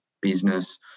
business